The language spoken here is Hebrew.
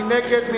מי נגד?